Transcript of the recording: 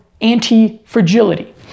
anti-fragility